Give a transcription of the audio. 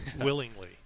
willingly